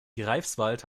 greifswald